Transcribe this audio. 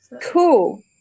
Cool